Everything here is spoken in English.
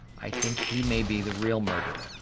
i think he may be the real murderer.